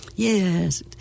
Yes